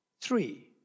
three